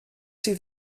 sydd